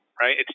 right